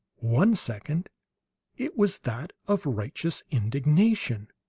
one second it was that of righteous indignation,